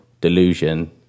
delusion